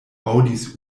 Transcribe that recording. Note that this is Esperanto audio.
aŭdis